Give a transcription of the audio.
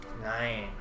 Nine